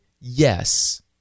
Yes